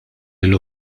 lill